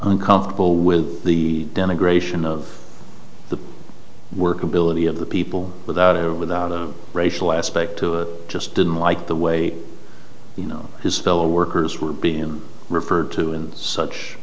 ncomfortable with the denigration of the work ability of the people without without the racial aspect to it just didn't like the way you know his fellow workers were being referred to in such